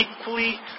equally